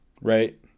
Right